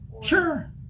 Sure